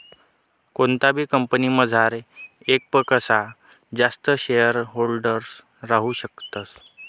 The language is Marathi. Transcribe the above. कोणताबी कंपनीमझार येकपक्सा जास्त शेअरहोल्डर राहू शकतस